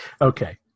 Okay